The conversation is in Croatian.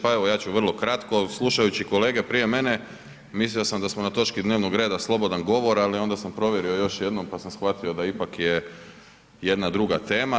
Pa evo ja ću vrlo kratko, slušajući kolege prije mene, mislio sam da smo na točki dnevnog reda slobodan govor, ali onda sam provjerio još jednom, pa sam shvatio da ipak je jedna druga tema.